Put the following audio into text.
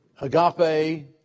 Agape